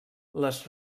les